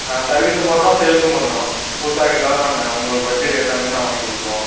சர்விஸும் பண்ணுறோம் சேல்ஸும் பண்ணுறோம் புதுசாக கேட்டாலும் நாங்கள் உங்களுக்கு பட்ஜெட்டுக்கு ஏற்றமேரி நாங்கள் வாய்ங்கி கொடுத்துருவோம்